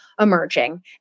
emerging